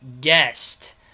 guest